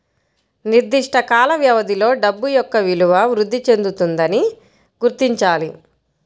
నిర్దిష్ట కాల వ్యవధిలో డబ్బు యొక్క విలువ వృద్ధి చెందుతుందని గుర్తించాలి